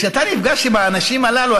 כשאתה נפגש עם האנשים הללו,